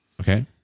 Okay